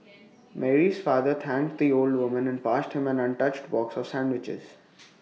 Mary's father thanked the old and passed him an untouched box of sandwiches